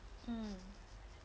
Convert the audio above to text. mm